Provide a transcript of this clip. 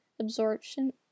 absorption